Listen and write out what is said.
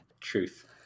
truth